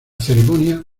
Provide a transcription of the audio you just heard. ceremonia